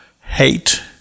hate